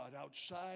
outside